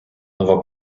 нова